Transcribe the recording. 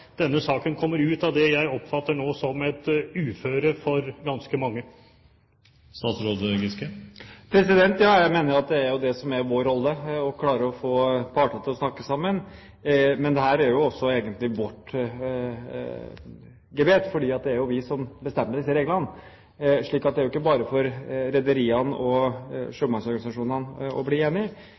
denne saken kommer ut av det jeg nå oppfatter som et uføre for ganske mange? Ja, jeg mener at det er vår rolle å klare å få partene til å snakke sammen. Men dette er jo egentlig vårt gebet, fordi det er jo vi som bestemmer disse reglene. Det er ikke bare for rederiene og sjømannsorganisasjonene å bli